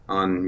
on